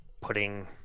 putting